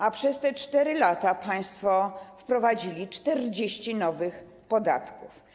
A przez te 4 lata państwo wprowadzili 40 nowych podatków.